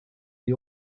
the